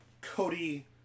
Cody